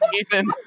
Ethan